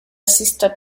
sister